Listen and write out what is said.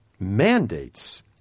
mandates